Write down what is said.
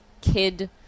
kid